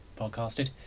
podcasted